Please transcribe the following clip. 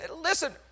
listen